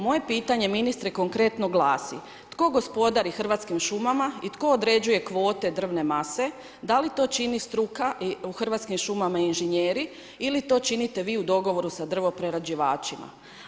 Moje pitanje ministre konkretno glasi: Tko gospodari Hrvatskim šumama i tko određuje kvote drvne mase, da li to čini struka u Hrvatskih šumama, inženjeri ili to vi činite u dogovoru sa drvoprerađivačima?